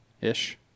ish